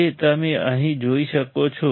જે તમે અહીં જોઈ શકો છો